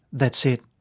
that's it.